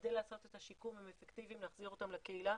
כדי לעשות את השיקום אפקטיבי ולהחזיר אותם לקהילה